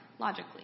logically